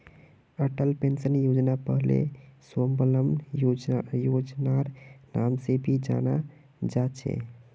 Atal pension योजनाक पहले स्वाबलंबन योजनार नाम से भी जाना जा छे